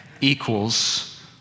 equals